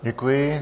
Děkuji.